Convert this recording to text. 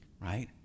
right